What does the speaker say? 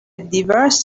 diverse